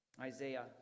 Isaiah